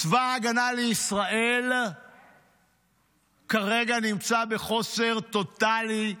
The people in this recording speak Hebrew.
צבא ההגנה לישראל כרגע נמצא בחוסר טוטלי,